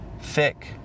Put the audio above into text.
thick